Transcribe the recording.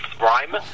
rhyme